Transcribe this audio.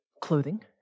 clothing